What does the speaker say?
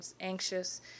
anxious